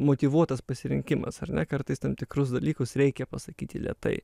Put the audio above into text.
motyvuotas pasirinkimas ar ne kartais tam tikrus dalykus reikia pasakyti lėtai